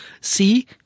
see